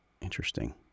Interesting